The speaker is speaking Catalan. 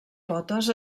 potes